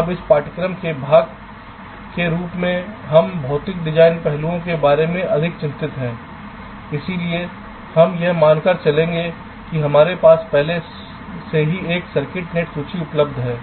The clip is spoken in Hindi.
अब इस पाठ्यक्रम के भाग के रूप में हम भौतिक डिजाइन पहलुओं के बारे में अधिक चिंतित हैं इसलिए हम यह मानकर चलेंगे कि हमारे पास पहले से ही एक सर्किट नेट सूची उपलब्ध है